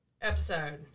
episode